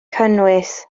cynnwys